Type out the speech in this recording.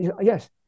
yes